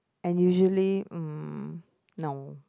and usually mm no